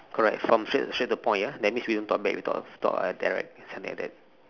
correct from straight straight to the point ya that means we'll talk back don't talk ah talk like direct something like that